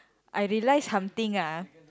I realize something